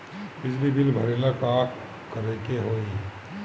बिजली बिल भरेला का करे के होई?